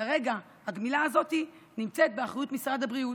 כרגע הגמילה הזאת נמצאת באחריות משרד הבריאות,